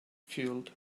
fueled